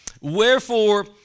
Wherefore